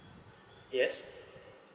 yes